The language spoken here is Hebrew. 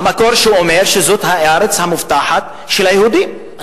המקור שאומר שזאת הארץ המובטחת של היהודים,